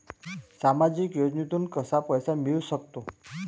सामाजिक योजनेतून कसा पैसा मिळू सकतो?